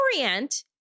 orient